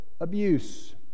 abuse